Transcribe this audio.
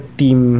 team